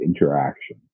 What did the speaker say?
interaction